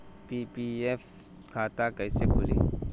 PPF खाता कैसे खुली?